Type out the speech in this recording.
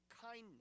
kindness